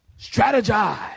strategize